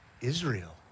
Israel